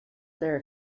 there